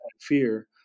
fear